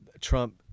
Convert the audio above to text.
Trump